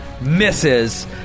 misses